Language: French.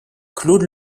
claude